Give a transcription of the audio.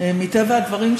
מטבע הדברים,